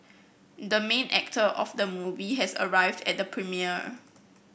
the main actor of the movie has arrived at the premiere